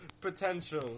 ...potential